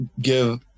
give